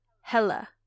Hella